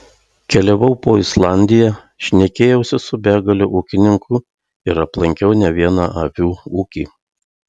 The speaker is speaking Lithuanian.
keliavau po islandiją šnekėjausi su begale ūkininkų ir aplankiau ne vieną avių ūkį